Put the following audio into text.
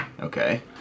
okay